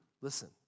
listen